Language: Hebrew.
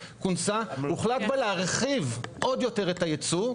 הוחלט בה להרחיב עוד יותר את הייצוא,